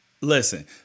Listen